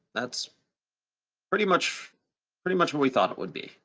that's pretty much pretty much what we thought it would be.